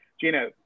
gina